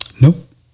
Nope